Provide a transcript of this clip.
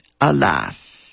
alas